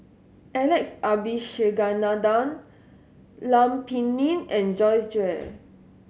Alex Abisheganaden Lam Pin Min and Joyce Jue